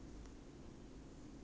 你会游泳 meh